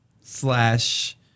slash